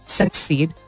succeed